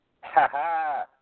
Ha-ha